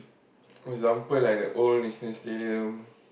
for example like the old National-Stadium